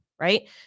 Right